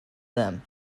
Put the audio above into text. them